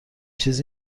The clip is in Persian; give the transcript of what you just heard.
چیز